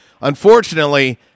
Unfortunately